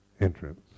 entrance